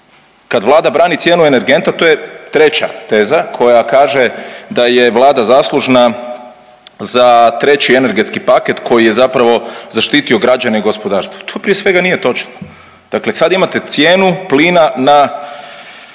kad Vlada brani cijenu energenta to je treća teza koja kaže da je Vlada zaslužna za treći energetski paket koji je zapravo zaštitio građane i gospodarstvo. To prije svega nije točno. Dakle, sad imate cijenu plina na